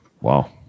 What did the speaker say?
Wow